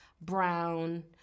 Brown